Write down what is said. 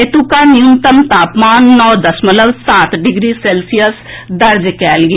एतुका न्यूनतम तापमान नओ दशमलव सात डिग्री सेल्सियस दर्ज कएल गेल